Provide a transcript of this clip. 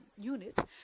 unit